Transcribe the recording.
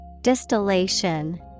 Distillation